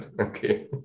Okay